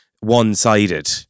One-sided